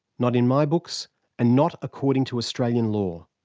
not in my books and not according to australian law.